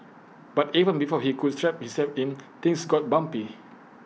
but even before he could strap himself in things got bumpy